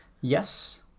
Yes